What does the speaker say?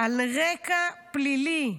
על רקע פלילי,